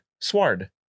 Sward